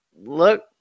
look